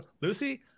Lucy